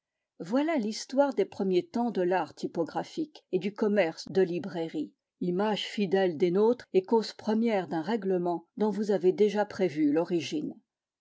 voilà l'histoire des premiers temps de l'art typographique et du commerce de librairie image fidèle des nôtres et causes premières d'un règlement dont vous avez déjà prévu l'origine